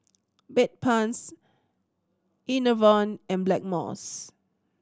Bedpans Enervon and Blackmores